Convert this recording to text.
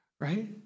Right